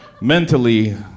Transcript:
Mentally